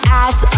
ass